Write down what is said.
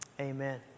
amen